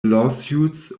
lawsuits